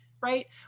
right